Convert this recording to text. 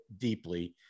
deeply